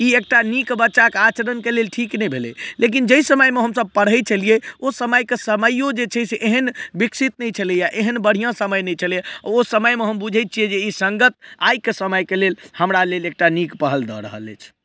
ई एकटा नीक बच्चाके आचरणके लेल ठीक नहि भेलय लेकिन जे समयमे हमसभ पढ़य छलियै ओ समयके समइयो जे छै से एहन विकसित नहि छलइए एहन बढ़िआँ समय नहि छलइए ओ समयमे हम बुझय छियै जे ई सङ्गत आइके समयके लेल हमरा लेल एकटा नीक पहल दऽ रहल अछि